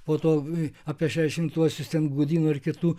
po to apie šešiasdešimtuosius ten gudyno ir kitų